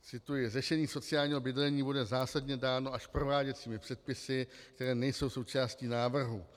Cituji: Řešení sociálního bydlení bude zásadně dáno až prováděcími předpisy, které nejsou součástí návrhu.